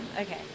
Okay